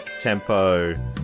tempo